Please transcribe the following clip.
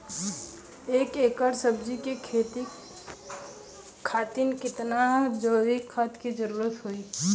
एक एकड़ सब्जी के खेती खातिर कितना जैविक खाद के जरूरत होई?